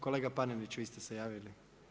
Kolega Panenić, vi ste se javili.